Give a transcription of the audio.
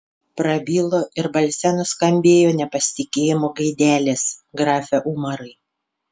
prabilo ir balse nuskambėjo nepasitikėjimo gaidelės grafe umarai